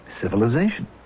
Civilization